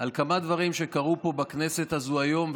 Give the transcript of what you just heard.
על כמה דברים שקרו פה בכנסת הזו היום,